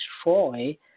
destroy